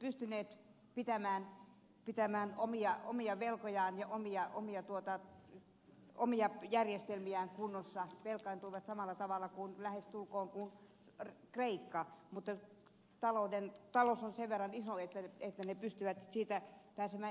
pystyneet pitämään omia velkojaan ja omia järjestelmiään kunnossa velkaantuivat lähestulkoon samalla tavalla kuin kreikka mutta talous on sen verran iso että ne pystyivät siitä pääsemään yli